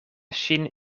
ŝin